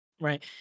right